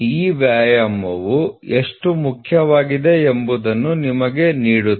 ಈ ವ್ಯಾಯಾಮವು ಎಷ್ಟು ಮುಖ್ಯವಾಗಿದೆ ಎಂಬುದನ್ನು ನಿಮಗೆ ನೀಡುತ್ತದೆ